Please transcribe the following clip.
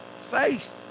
faith